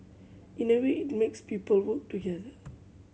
in a way it makes people work together